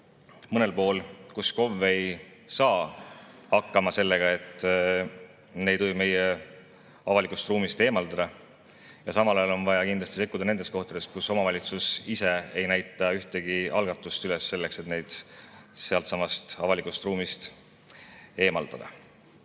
mõnel pool, kus KOV ei saa hakkama sellega, et neid meie avalikust ruumist eemaldada. Ja samal ajal on vaja kindlasti sekkuda nendes kohtades, kus omavalitsus ise ei näita ühtegi algatust üles selleks, et neid avalikust ruumist eemaldada. Tegelikult